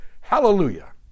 Hallelujah